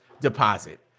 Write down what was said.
deposit